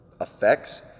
effects